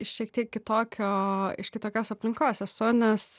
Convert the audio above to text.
iš šiek tiek kitokio iš kitokios aplinkos nes